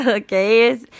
Okay